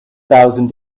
thousand